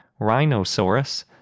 Rhinosaurus